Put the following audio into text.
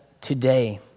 today